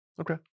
Okay